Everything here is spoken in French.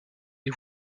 des